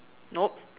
nope